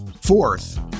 fourth